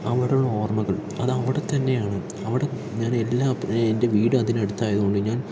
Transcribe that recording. അവിടെയുള്ള ഓർമ്മകൾ അത് അവിടെ തന്നെയാണ് അവിടെ ഞാൻ എല്ലാം എൻ്റെ വീട് അതിന് അടുത്ത് ആയത് കൊണ്ട് ഞാൻ